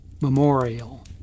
Memorial